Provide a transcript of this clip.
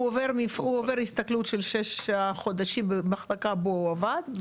הוא עובר הסתכלות של שישה חודשים במחלקה בה הוא עבד,